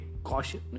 caution